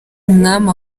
umwami